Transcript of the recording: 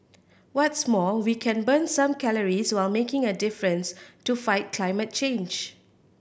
what's more we can burn some calories while making a difference to fight climate change